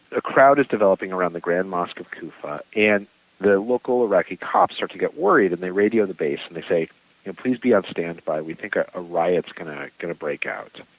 a crowd is developing around the grand mosque of kufa and the local iraqi cops are to get worried and they radioed the base and they say please be on standby, we think ah a riot is going to break out.